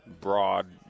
broad